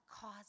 cause